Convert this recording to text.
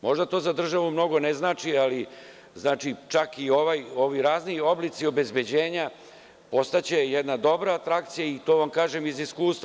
Možda to za državu mnogo ne znači, ali čak i ovi razni oblici obezbeđenja postaće jedna dobra atrakcija i to vam kažem iz iskustva.